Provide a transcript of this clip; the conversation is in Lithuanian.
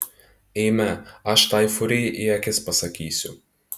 eime aš tai furijai į akis pasakysiu